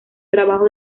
trabajo